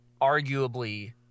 arguably